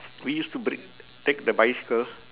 we used to break take the bicycle